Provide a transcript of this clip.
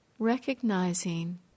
Recognizing